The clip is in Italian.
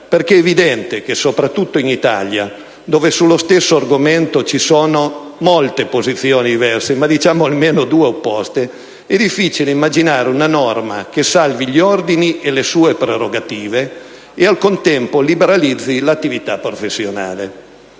quanto è evidente che soprattutto in Italia, dove sullo stesso argomento ci sono molte posizioni diverse, ma, diciamo, almeno due opposte, è difficile immaginare una norma che salvi gli ordini e le sue prerogative e, al contempo, liberalizzi l'attività professionale.